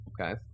okay